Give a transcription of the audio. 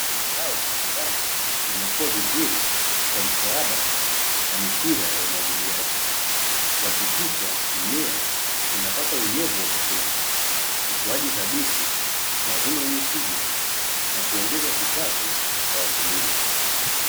Mazao mashambani yanakua vizuri kwa msaada wa mipira ya umwagiliaji, kuhakikisha mimea inapata unyevu wa kutosha, ukuaji thabiti, mavuno yenye tija na kuongeza kipato cha wakulima.